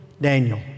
Daniel